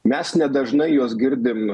mes nedažnai juos girdim